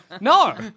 No